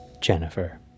Jennifer